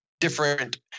different